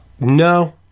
No